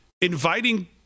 inviting